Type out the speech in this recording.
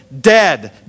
dead